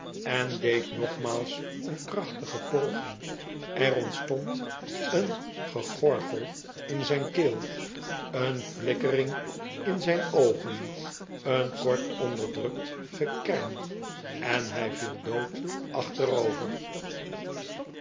en deed nogmaals een krachtige poging er ontstond een gegorgel in zijn keel een flikkering in zijn oogen een kort onderdrukt gekerm en hij viel dood